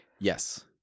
Yes